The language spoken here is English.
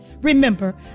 Remember